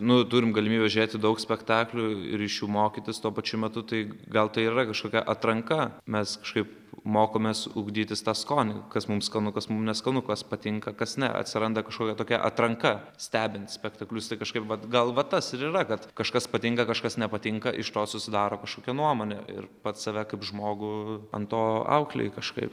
nu turim galimybę žiūrėti daug spektaklių ir iš jų mokytis tuo pačiu metu tai gal tai ir yra kažkokia atranka mes kažkaip mokomės ugdytis tą skonį kas mums skanu kas mum neskanu kas patinka kas ne atsiranda kažkokia tokia atranka stebint spektaklius tai kažkaip vat gal va tas ir yra kad kažkas patinka kažkas nepatinka iš to susidaro kažkokia nuomonė ir pats save kaip žmogų ant to auklėji kažkaip